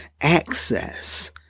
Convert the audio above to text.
access